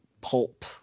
pulp